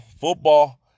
football